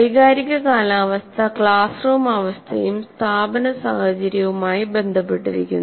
വൈകാരിക കാലാവസ്ഥ class room അവസ്ഥയും സ്ഥാപന സാഹചര്യവുമായി നേരിട്ട് ബന്ധപ്പെട്ടിരിക്കുന്നു